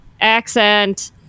accent